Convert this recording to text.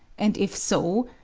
and if so,